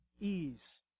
ease